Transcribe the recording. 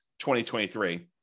2023